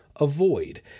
Avoid